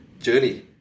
journey